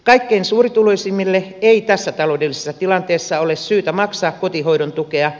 kaikkein suurituloisimmille ei tässä taloudellisessa tilanteessa ole syytä maksaa kotihoidon tukea